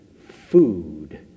food